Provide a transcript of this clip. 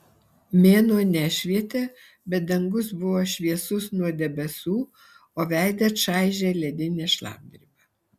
mėnuo nešvietė bet dangus buvo šviesus nuo debesų o veidą čaižė ledinė šlapdriba